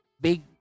big